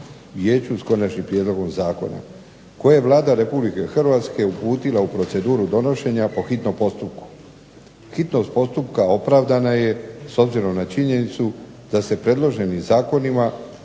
vijeću s konačnim prijedlogom zakona, koje je Vlada Republike Hrvatske uputila u proceduru donošenja po hitnom postupku. Hitnost postupka opravdana je s obzirom na činjenicu da se predloženim zakonima